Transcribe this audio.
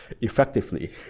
effectively